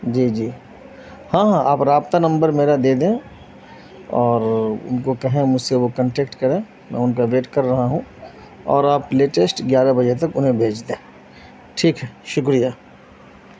جی جی ہاں ہاں آپ رابطہ نمبر میرا دے دیں اور ان کو کہیں مجھ سے وہ کنٹیکٹ کریں میں ان کا ویٹ کر رہا ہوں اور آپ لیٹسٹ گیارہ بجے تک انہیں بھیج دیں ٹھیک ہے شکریہ